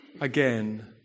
again